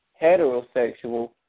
heterosexual